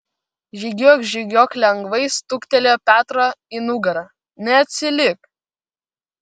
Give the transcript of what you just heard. žygiuok žygiuok lengvai stuktelėjo petro į nugarą neatsilik